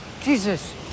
Jesus